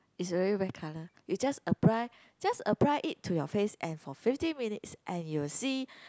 it already white colour you just apply just apply it to your face and for fifteen minutes and you'll see